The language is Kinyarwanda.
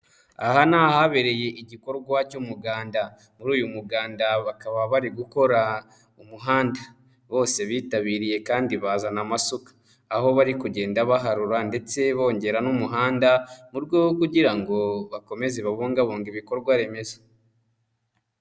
Aha ni ahabereye igikorwa cy'umuganda, muri uyu muganda bakaba bari gukora umuhanda, bose bitabiriye kandi bazana amasuka, aho bari kugenda baharura ndetse bongera n'umuhanda, mu rwego kugira ngo bakomeze babungabunge ibikorwa remezo.